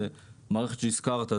מערכת שהזכרת,